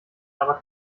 aber